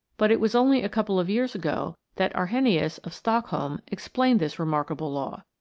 but it was only a couple of years ago that arrhenius, of stockholm, explained this remarkable law.